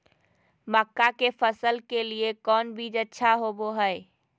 मक्का के फसल के लिए कौन बीज अच्छा होबो हाय?